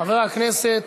חבר הכנסת,